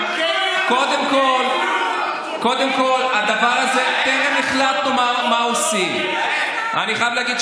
ולהגיד איפה אני נמצא ומה אני יכול יותר טוב,